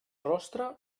rostre